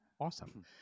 awesome